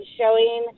showing